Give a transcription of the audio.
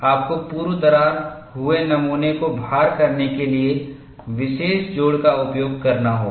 आपको पूर्व दरार हुए नमूने को भार करने के लिए विशेष जोड़ का उपयोग करना होगा